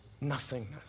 nothingness